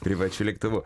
privačiu lėktuvu